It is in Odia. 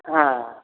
ହଁ